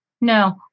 No